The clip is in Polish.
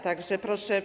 tak że proszę.